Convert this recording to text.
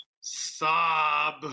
sob